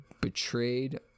betrayed